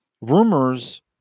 rumors